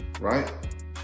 right